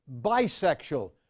bisexual